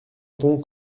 donc